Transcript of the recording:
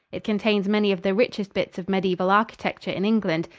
it contains many of the richest bits of mediaeval architecture in england,